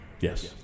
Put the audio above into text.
yes